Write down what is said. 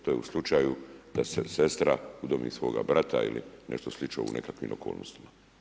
To je u slučaju da se sestra udomi svoga brata ili nešto slično u nekakvim okolnostima.